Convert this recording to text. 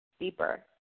deeper